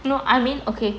no I mean okay